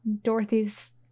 Dorothy's